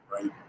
right